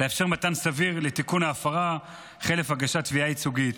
לאפשר זמן סביר לתיקון ההפרה חלף הגשת תביעה ייצוגית.